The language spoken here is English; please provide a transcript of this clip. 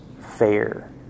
fair